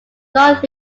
not